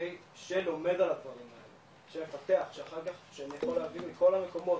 שלומד על הדברים האלה נוער שמגיע מכל המקומות,